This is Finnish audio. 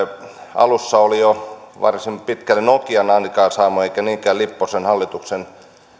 alussa oli varsin pitkälle nokian aikaansaama eikä niinkään riippunut lipposen hallituksen